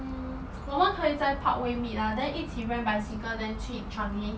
mm 我们可以在在 parkway meet lah then 一起 rent bicycle then 去 changi